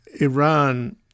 Iran